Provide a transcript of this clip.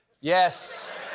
Yes